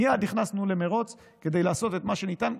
ומייד נכנסנו למרוץ כדי לעשות את מה שניתן,